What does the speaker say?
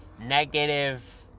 negative